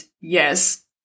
yes